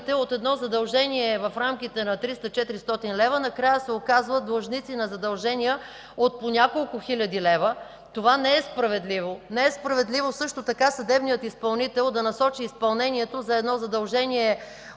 към банки, гражданите от едно задължение в рамките на 300-400 лв. накрая се оказват длъжници на задължения от по няколко хиляди лева. Това не е справедливо. Не е справедливо също така съдебният изпълнител да насочи изпълнението за едно задължение